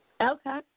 Okay